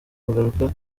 kugaruka